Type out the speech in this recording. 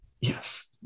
Yes